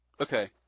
Okay